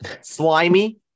Slimy